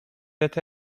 that